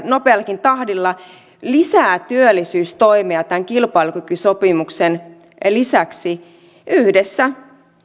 nopeallakin tahdilla lisää työllisyystoimia tämän kilpailukykysopimuksen lisäksi yhdessä